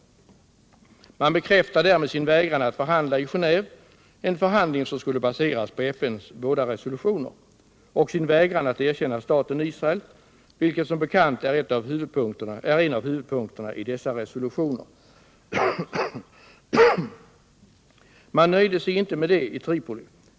Man bekräftar därmed sin vägran att förhandla i Geneve, en förhandling som skulle baseras på FN:s båda resolutioner, och sin vägran att erkänna staten Israel, vilket som bekant är en av huvudpunkterna i dessa resolutioner. Man nöjde sig inte med det i Tripoli.